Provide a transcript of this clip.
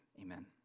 Amen